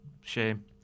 Shame